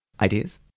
Ideas